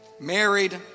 married